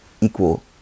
equal